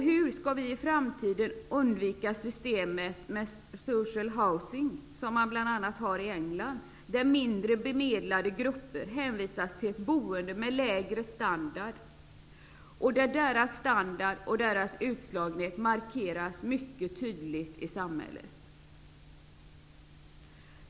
Hur skall vi i framtiden undvika systemet med ''social housing'', som man bl.a. har i England, där mindre bemedlade grupper hänvisas till ett boende med lägre standard? Där markeras deras standard och deras utslagning tydligt i samhället.